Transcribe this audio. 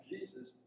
Jesus